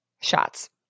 shots